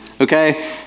okay